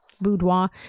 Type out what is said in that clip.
Boudoir